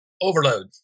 overload